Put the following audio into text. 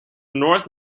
north